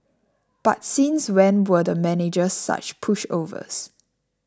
but since when were the managers such pushovers